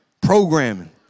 programming